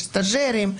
יש סטז'רים,